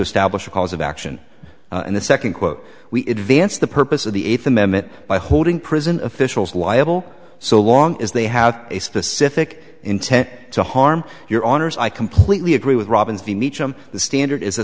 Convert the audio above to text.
establish a cause of action and the second quote we advanced the purpose of the eighth amendment by holding prison officials liable so long as they have a specific intent to harm your honour's i completely agree with robin's view meachem the standard is a